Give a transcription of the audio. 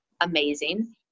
amazing